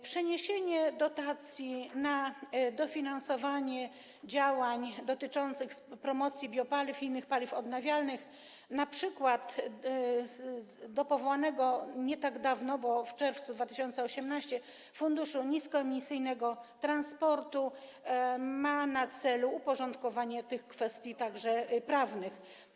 Przeniesienie dotacji na dofinansowanie działań dotyczących promocji biopaliw i innych paliw odnawialnych, np. do powołanego nie tak dawno, bo w czerwcu 2018 r., Funduszu Niskoemisyjnego Transportu, ma na celu także uporządkowanie kwestii prawnych.